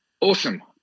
Awesome